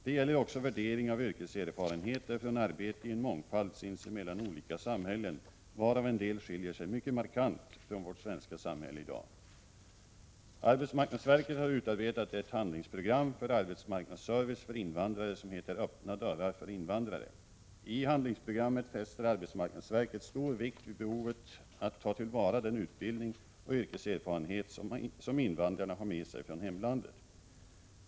Det gäller också värdering av yrkeserfarenheter från arbete i en mångfald sinsemellan olika samhällen, varav en del skiljer sig mycket markant från vårt svenska samhälle i dag. Arbetsmarknadsverket har utarbetat ett handlingsprogram för arbetsmarknadsservice för invandrare som heter Öppna dörrarna för invandrare. I handlingsprogrammet fäster arbetsmarknadsverket stor vikt vid behovet att ta till vara den utbildning och yrkeserfarenhet som invandrarna har med sig från hemlandet.